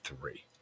three